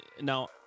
now